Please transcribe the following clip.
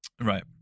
right